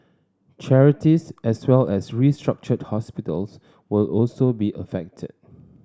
charities as well as restructured hospitals will also be affected